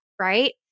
right